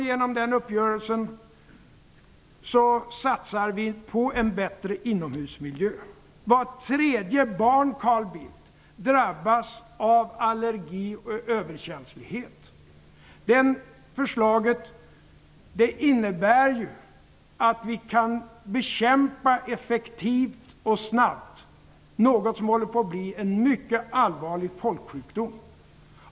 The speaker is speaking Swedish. Genom denna uppgörelse satsar vi dessutom på en bättre inomhusmiljö. Vart tredje barn, Carl Bildt, drabbas av allergi och överkänslighet. Vårt förslag innebär ju att vi effektivt och snabbt kan bekämpa något som håller på att bli en mycket allvarlig folksjukdom.